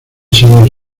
semi